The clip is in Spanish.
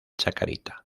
chacarita